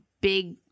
big